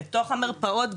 בתוך המרפאות,